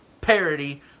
parody